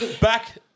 back